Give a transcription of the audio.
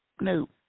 No